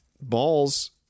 balls